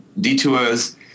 detours